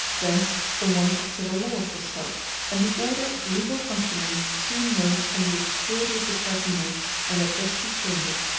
thence the want of civil laws was felt and the order of legal functionaries soon rose from the obscurity of the tribunals and their dusty chambers,